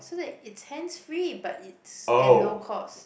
so that it's hands free but it's at low cost